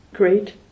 great